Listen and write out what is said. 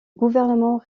gouvernement